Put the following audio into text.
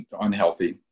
unhealthy